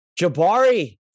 jabari